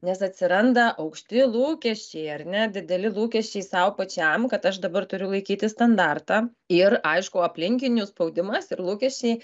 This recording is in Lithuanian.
nes atsiranda aukšti lūkesčiai ar ne dideli lūkesčiai sau pačiam kad aš dabar turiu laikyti standartą ir aišku aplinkinių spaudimas ir lūkesčiai